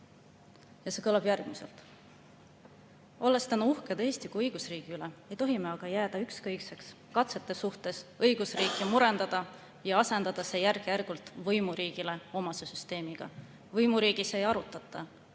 See kõlab järgmiselt: "Olles täna uhked Eesti kui õigusriigi üle, ei tohi me aga jääda ükskõikseks katsete suhtes õigusriiki murendada ja asendada see järkjärgult võimuriigile omase süsteemiga. […] Võimuriigis ei arutata,